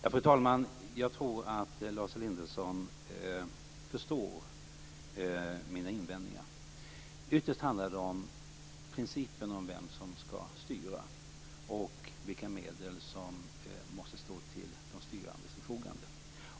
Fru talman! Jag tror att Lars Elinderson förstår mina invändningar. Ytterst handlar det om principen om vem som skall styra och vilka medel som måste stå till de styrandes förfogande.